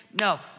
No